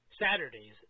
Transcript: Saturdays